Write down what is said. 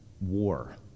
war